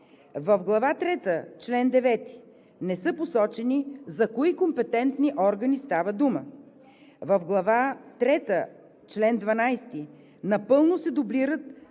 В Глава трета, чл. 9 не са посочени за кои компетентни органи става дума. В Глава трета, чл. 12 напълно се дублират